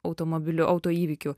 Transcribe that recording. automobilių autoįvykių